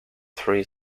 three